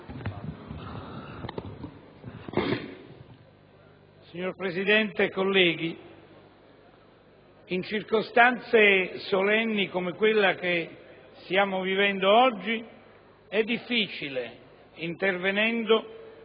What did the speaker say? Signor Presidente, colleghi, in circostanze solenni come quella che stiamo vivendo oggi è difficile, intervenendo,